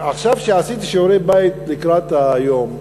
עכשיו, כשעשיתי שיעורי-בית לקראת היום,